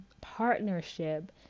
partnership